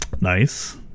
Nice